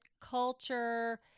culture